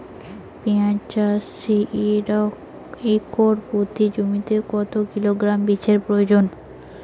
পেঁয়াজ চাষে একর প্রতি জমিতে কত কিলোগ্রাম বীজের প্রয়োজন?